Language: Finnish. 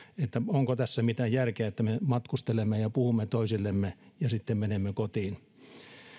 onko tässä mitään järkeä että me matkustelemme ja puhumme toisillemme ja sitten menemme kotiin